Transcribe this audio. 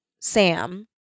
Sam